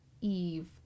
Eve